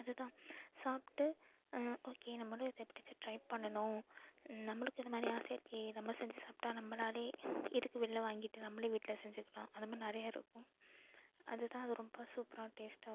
அது தான் சாப்பிட்டு ஓகே நம்மளும் இதே எப்படியாச்சும் ட்ரை பண்ணணும் நம்மளுக்கு இதை மாரி ஆசை இருக்கே நம்ம செஞ்சு சாப்பிடா நம்மளால் எதுக்கு வெளில வாங்கிட்டு நம்மளே வீட்டில் செஞ்சுக்கலாம் அதை மாதிரி நிறையா இருக்கும் அது தான் அது ரொம்ப சூப்பரான டேஸ்ட்டாக வரும்